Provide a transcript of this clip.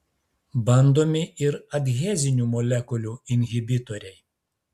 bandomi ir adhezinių molekulių inhibitoriai